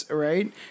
right